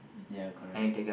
ya correct